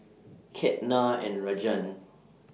Ketna and Rajan